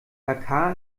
dhaka